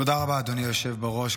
תודה רבה, אדוני היושב-ראש.